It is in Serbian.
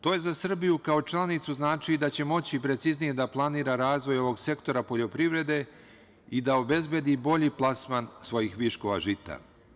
To za Srbiju kao članicu znači da će moći preciznije da planira razvoj ovog sektora poljoprivrede i da obezbedi bolji plasman svojih viškova žita.